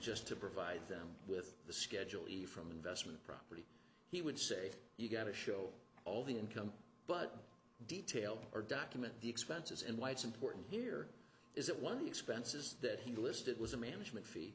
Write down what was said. just to provide them with the schedule e from investment prop he would say you got to show all the income but detail or document the expenses and why it's important here is that one of the expenses that he listed was a management fee